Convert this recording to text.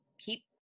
keep